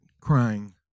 crying